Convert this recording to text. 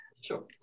Sure